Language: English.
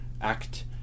act